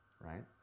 right